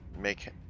make